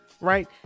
Right